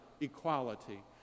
equality